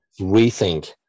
rethink